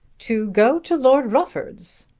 to go to lord rufford's!